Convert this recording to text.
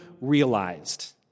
realized